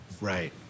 Right